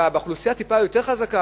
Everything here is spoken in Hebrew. באוכלוסייה שהיא טיפה יותר חזקה,